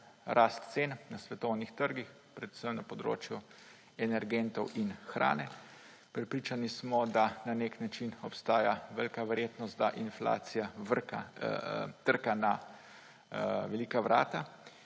rast cen na svetovnih trgih, predvsem na področju energentov in hrane. Prepričani smo, da na nek način obstaja velika verjetnost, da inflacija trka na velika vrata.